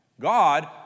God